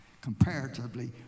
comparatively